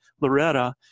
Loretta